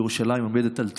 שירושלים עומדת על תילה,